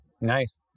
Nice